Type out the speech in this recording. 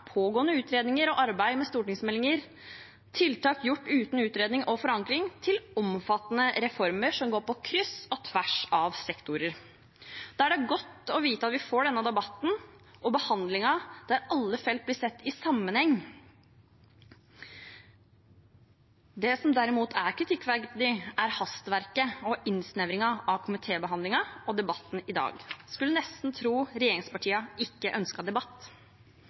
pågående utredninger og arbeid med stortingsmeldinger, tiltak gjort uten utredning og forankring, til omfattende reformer som går på kryss og tvers av sektorer. Da er det godt å vite at vi får denne debatten og behandlingen, der alle felt blir sett i sammenheng. Det som derimot er kritikkverdig, er hastverket og innsnevringen av komitébehandlingen og debatten i dag. En skulle nesten tro regjeringspartiene ikke ønsket debatt.